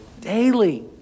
daily